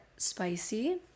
spicy